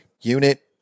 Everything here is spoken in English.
unit